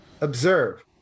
Observe